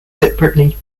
separately